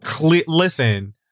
Listen